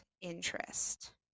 interest